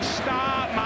start